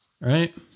right